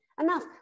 Enough